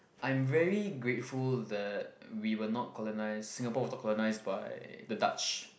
I'm very grateful that we were not colonized Singapore was not colonized by the Dutch